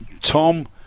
Tom